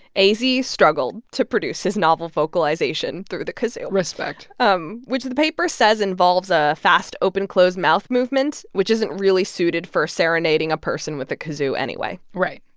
azy struggled to produce his novel vocalization through the kazoo. respect. um which the paper says involves a fast open-close mouth movement, which isn't really suited for serenading a person with a kazoo anyway right.